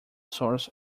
source